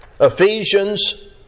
Ephesians